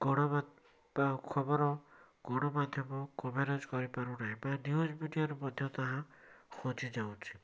ଗଣମା ବା ଖବର ଗଣମାଧ୍ୟମ କଭରେଜ କରିପାରୁ ନାହିଁ ବା ନ୍ୟୁଜ ମିଡ଼ିଆରେ ମଧ୍ୟ ତାହା ହଜିଯାଉଛି